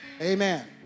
Amen